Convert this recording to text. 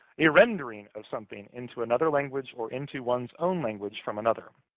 a rendering of something into another language or into one's own language from another,